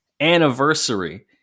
anniversary